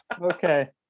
Okay